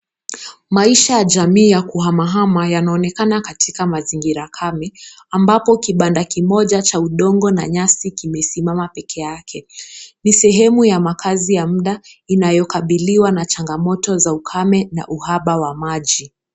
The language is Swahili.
Maisha ya jamii ya kuhamahama yanaonekana katika mazingira kame, ambapo kibanda kimoja cha udongo na nyasi kimesimama pekee yake ni sehemu ya makazi ya mda iliyokabiliwa na changamoto za ukame na uhaba wa maji.